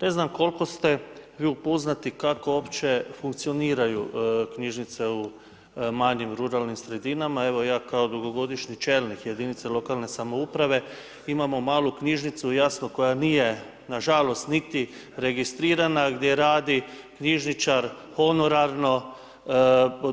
Ne znam koliko ste vi upoznati kako uopće funkcioniraju knjižnice u manjim ruralnim sredinama, evo, ja kao dugogodišnji čelnik jedinice lokalne samouprave, imamo malu knjižnicu jasno koja nije nažalost niti registrirana, gdje radi knjižničar honorarno,